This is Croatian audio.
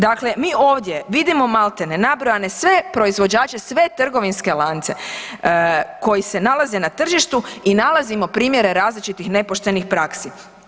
Dakle mi ovdje vidimo malti ne, nabrojene sve proizvođače, sve trgovinske lance koji se nalaze na tržištu i nalazimo primjere različitih nepoštenih praksi.